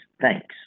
thanks